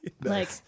like-